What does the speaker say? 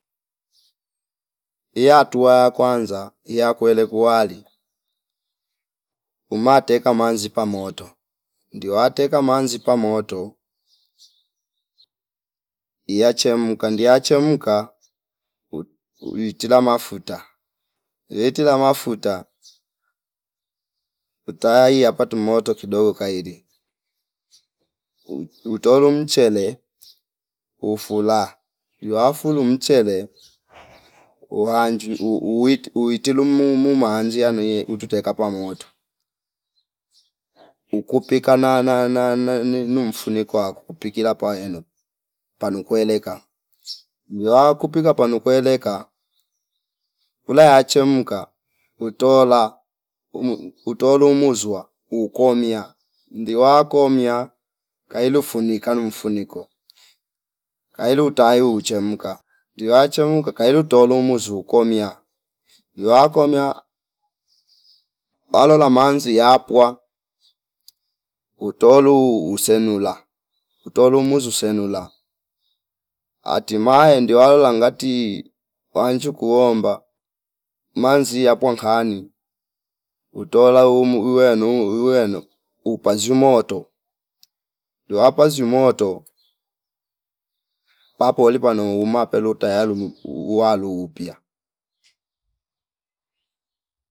yatua ya kwanza iyakwele kuwali umate kamanzi pamoto niwate kamanzi pamoto iyachemka ndiya chemka uitila mafuta yetela mafuta tayai yapatu moto kidogo kaili u- utaulo mchele ufula diwafulu mchele uwnji u- u- uitilu muu- muuma manzi anio huu tutaeka pamoto ukupika na- na- na- naninu mfunikiwa wa kukupikie gila paweno palu kueleka diwa kupika panu kueleka kula yachemka utola umu utulomu muzwa ukomia ndiwa komia kaili funika lu mfuniko kaili utai uchemka ndiya chemka kailu tolu muuzu ukomia liwa komia alo la manzi yapwa utulo usenula utulo muzu senula atimae ndiwalo la ngati wanju kuomba manzi yampwa nkani utuloa uu- uumu uwenu uweno upazwi moto ndiwa pazi moto papolipa nouuma peluta yalu uwalo upya